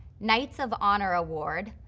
knights of honor award,